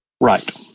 Right